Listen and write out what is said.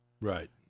Right